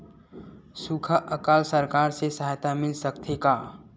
सुखा अकाल सरकार से सहायता मिल सकथे का?